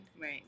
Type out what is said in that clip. Right